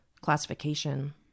classification